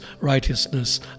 righteousness